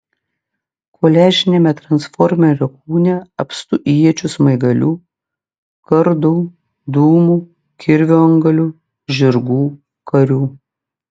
koliažiniame transformerio kūne apstu iečių smaigalių kardų dūmų kirvio antgalių žirgų karių